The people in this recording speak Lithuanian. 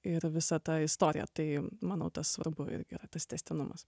ir visa ta istorija tai manau tas svarbu irgi tas tęstinumas